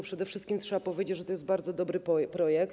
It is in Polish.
Przede wszystkim trzeba powiedzieć, że to jest bardzo dobry projekt.